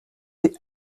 des